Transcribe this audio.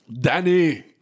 Danny